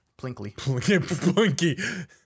Plinkly